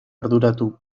arduratu